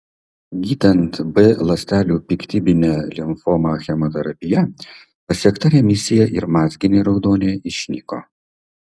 gydant b ląstelių piktybinę limfomą chemoterapija pasiekta remisija ir mazginė raudonė išnyko